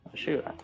Shoot